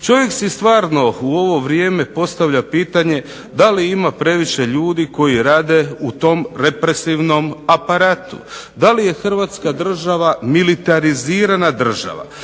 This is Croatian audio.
Čovjek si stvarno u ovo vrijeme postavlja pitanje da li ima previše ljudi koji rade u tom represivnom aparatu, da li je Hrvatska država militarizirana država.